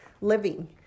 living